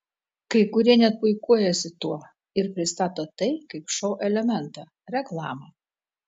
kai kurie net puikuojasi tuo ir pristato tai kaip šou elementą reklamą